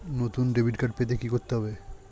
নতুন debit card পেতে কী করতে হবে?